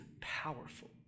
powerful